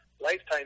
Lifetime